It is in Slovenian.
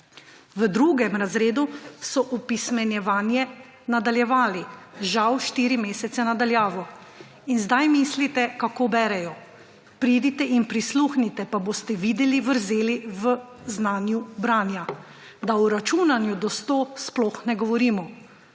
V drugem razredu so opismenjevanje nadaljevali, žal štiri mesece na daljavo. In zdaj mislite, kako berejo? Pridite in prisluhnite, pa boste videli vrzeli v znanju branja. Da o računanju do 100 sploh ne govorimo.